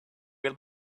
will